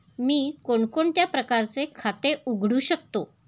मी कोणकोणत्या प्रकारचे खाते उघडू शकतो?